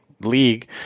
league